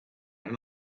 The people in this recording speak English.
and